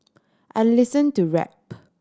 I listen to rap